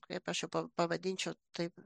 kaip aš pavadinčiau taip